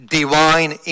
divine